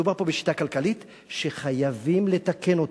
מדובר פה בשיטה כלכלית שחייבים לתקן אותה.